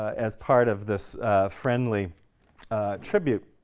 as part of this friendly tribute.